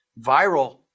viral